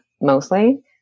mostly